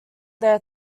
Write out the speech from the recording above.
there